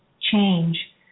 change